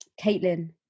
Caitlin